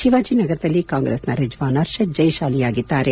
ಶಿವಾಜಿನಗರದಲ್ಲಿ ಕಾಂಗ್ರೆಸ್ನ ರಿಜ್ವಾನ್ ಅರ್ಷದ್ ಜಯಶಾಲಿಯಾಗಿದ್ದಾರೆ